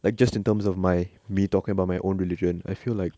like just in terms of my me talking about my own religion I feel like